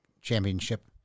championship